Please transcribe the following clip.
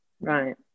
right